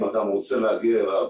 אם אדם רוצה להגיע אליו